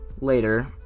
later